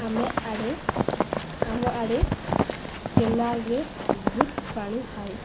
ଆମେ ଆଡ଼େ ଆମ ଆଡ଼େ କେନାଲରେ ବହୁତ ପାଣି ଥାଏ